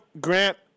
Grant